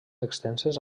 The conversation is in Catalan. extenses